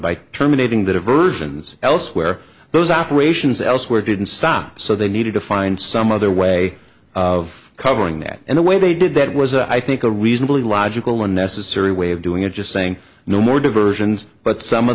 by terminating the diversions elsewhere those operations elsewhere didn't stop so they needed to find some other way of covering that and the way they did that was i think a reasonably logical unnecessary way of doing it just saying no more diversions but some of